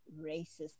racist